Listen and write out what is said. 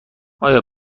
آیا